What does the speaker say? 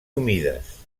humides